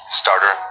starter